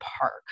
park